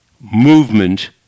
movement